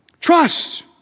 Trust